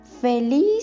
Feliz